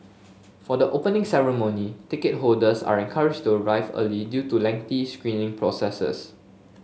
for the Opening Ceremony ticket holders are encouraged to arrive early due to lengthy screening processes